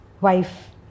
wife